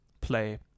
play